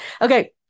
Okay